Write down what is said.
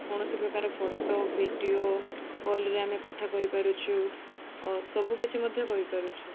କୌଣସି ପ୍ରକାର photo video କଲ୍ରେ ଆମେ କଥା କହିପାରୁଛୁ ସବୁକିଛି ମଧ୍ୟ କରିପାରୁଛୁ